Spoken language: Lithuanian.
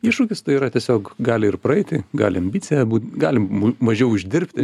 iššūkis tai yra tiesiog gali ir praeiti gali ambicija būt galim mažiau uždirbti